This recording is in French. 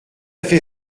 fait